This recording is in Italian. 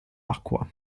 acqua